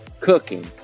cooking